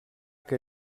que